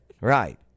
Right